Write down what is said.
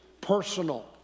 personal